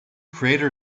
crater